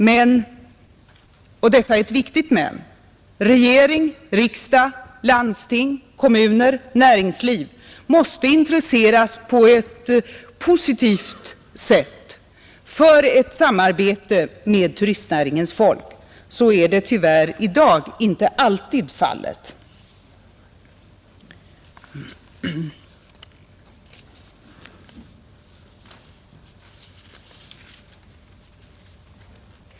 Men — och detta är ett viktigt men — regering, riksdag, landsting, kommuner och näringsliv måste intresseras på ett positivt sätt för ett samarbete med turistnäringens folk. Så är tyvärr i dag inte alltid fallet.